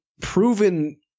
proven